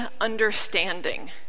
understanding